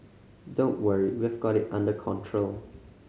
don't worry we've got it under control